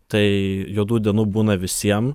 tai juodų dienų būna visiem